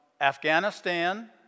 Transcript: Afghanistan